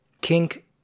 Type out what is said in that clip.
kink